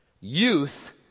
Youth